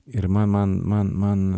ir man man man man